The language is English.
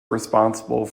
responsible